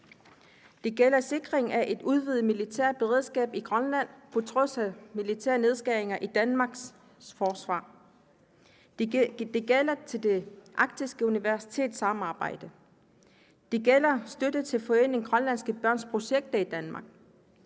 det gælder sikring af et udvidet militært beredskab i Grønland på trods af nedskæringer i Danmarks forsvar, det gælder for det arktiske universitetssamarbejde, det gælder støtte til Foreningen Grønlandske Børns projekter i Danmark,